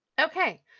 Okay